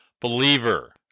believer